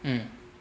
mm